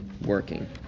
working